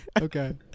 Okay